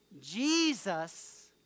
Jesus